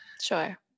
Sure